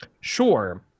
Sure